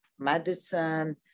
medicine